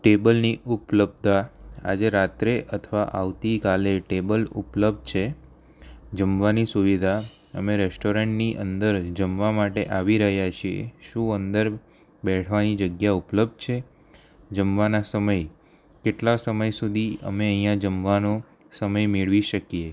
ટેબલની ઉપલબ્ધતા આજે રાત્રે અથવા આવતી કાલે ટેબલ ઉપલબ્ધ છે જમવાની સુવિધા અમે રેસ્ટોરન્ટની અંદર જમવા માટે આવી રહ્યા છીએ શું અંદર બેસવાની જગ્યા ઉપલબ્ધ છે જમવાના સમયે કેટલા સમય સુધી અમે અહીં જમવાનો સમય મેળવી શકીએ